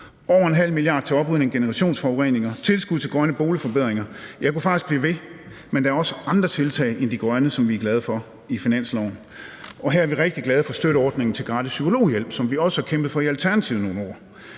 over 0,5 mia. kr. til oprydning af generationsforureninger, tilskud til grønne boligforbedringer, og jeg kunne faktisk blive ved. Men der er også andre tiltag end de grønne, som vi er glade for i finansloven. Her er vi rigtig glade for, at støtteordningen til gratis psykologhjælp, som vi også har kæmpet for i Alternativet i nogle år,